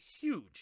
huge